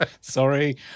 sorry